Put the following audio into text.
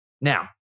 Now